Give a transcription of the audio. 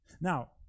Now